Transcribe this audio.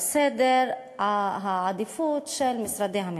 בסדר העדיפויות של משרדי הממשלה.